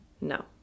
No